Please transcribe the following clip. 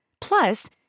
Plus